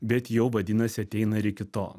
bet jau vadinasi ateina ir iki to